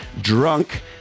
drunk